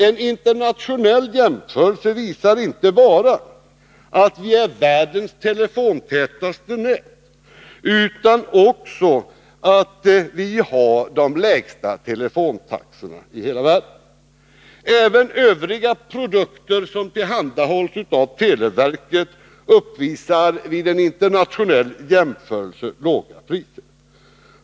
En internationell jämförelse visar inte bara att Sverige är världens telefontätaste land utan också att Sverige har de lägsta telefontaxorna. Även övriga produkter som tillhandahålls av televerket har internationellt sett låga priser.